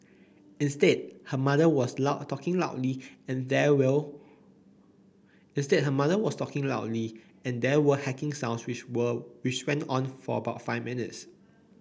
instead her mother was loud talking loudly and there will instead her mother was talking loudly and there were hacking sounds which will which went on for about five minutes